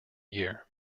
year